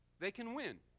they can win.